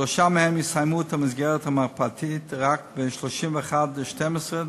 שלושה מהם יסיימו את המסגרת המרפאתית רק ב-31 בדצמבר 2015,